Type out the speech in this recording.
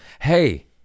Hey